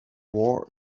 war